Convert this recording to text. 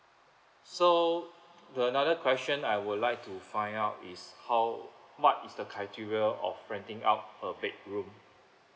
so the another question I would like to find out is how what is the criteria of renting out a bedroom